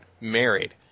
married